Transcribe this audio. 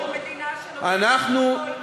ספר לנו על מדינה שנותנת מונופול כזה.